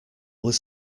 was